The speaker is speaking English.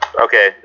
Okay